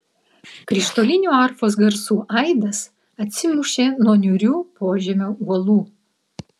krištolinių arfos garsų aidas atsimušė nuo niūrių požemio uolų